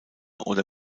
oder